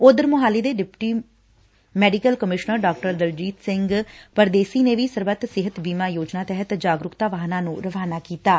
ਉਧਰ ਮੁਹਾਲੀ ਦੇ deputy medical commissioner ਡਾ ਦਲਜੀਤ ਸਿੰਘ ਪਰਦੇਸ਼ੀ ਨੇ ਵੀ ਸਰਬਤ ਸਿਹਤ ਬੀਮਾ ਯੋਜਨਾ ਤਹਿਤ ਜਾਗਰੁਕਤਾ ਵਾਹਨਾਂ ਨੁੰ ਰਵਾਨਾ ਕੀਤੈ